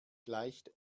gleicht